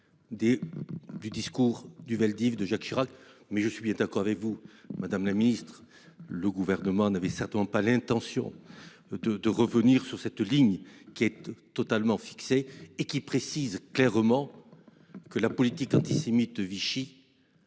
du discours du Vel d'Hiv'de Jacques Chirac mais je suis bien d'accord avec vous Madame la Ministre, le gouvernement n'avait certainement pas l'intention. De, de revenir sur cette ligne qui êtes totalement fixé et qui précise clairement. Que la politique antisémite de Vichy.